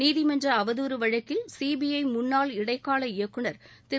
நீதிமன்ற அவதாறு வழக்கில் சிபிஐ முன்னாள் இடைக்கால இயக்குநர் திரு